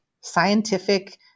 scientific